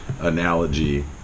analogy